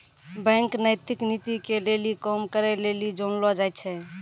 bank नैतिक नीति के लेली काम करै लेली जानलो जाय छै